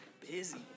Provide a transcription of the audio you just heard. busy